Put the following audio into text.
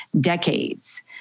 decades